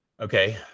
Okay